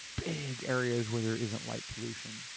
big areas where there isn't light pollution.